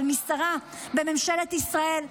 אבל משרה בממשלת ישראל,